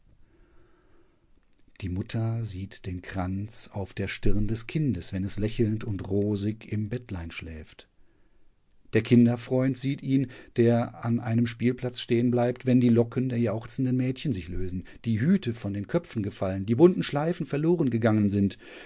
die mutter sieht den kranz auf der stirn des kindes wenn es lächelnd und rosig im bettlein schläft der kinderfreund sieht ihn der an einem spielplatz stehen bleibt wenn die locken der jauchzenden mädchen sich lösen die hüte von den köpfen gefallen die bunten schleifen verlorengegangen sind